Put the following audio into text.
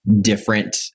different